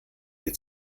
ihr